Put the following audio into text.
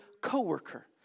coworker